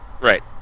right